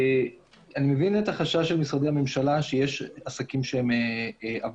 אני מבין את החשש של משרדי הממשלה שיש עסקים שהם עבריינים.